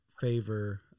favor